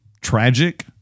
tragic